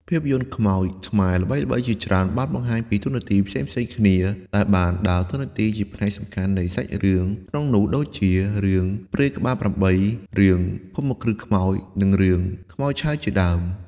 ភាពយន្តខ្មោចខ្មែរល្បីៗជាច្រើនបានបង្ហាញពីតួនាទីផ្សេងៗគ្នា ដែលបានដើរតួជាផ្នែកសំខាន់នៃសាច់រឿង ក្នុងនោះដូចជា រឿងព្រាយក្បាល៨ រឿងភូមិគ្រឹះខ្មោច និងរឿងខ្មោចឆៅជាដើម។